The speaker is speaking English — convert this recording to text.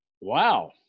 Wow